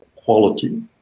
quality